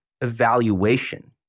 evaluation